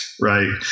right